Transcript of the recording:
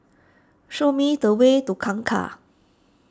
show me the way to Kangkar